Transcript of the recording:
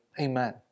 Amen